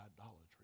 idolatry